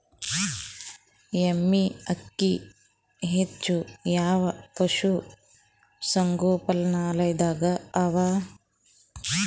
ಎಮ್ಮೆ ಅಕ್ಕಿ ಹೆಚ್ಚು ಯಾವ ಪಶುಸಂಗೋಪನಾಲಯದಾಗ ಅವಾ?